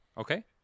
Okay